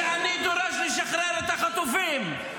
ואני דורש לשחרר את החטופים,